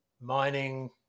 mining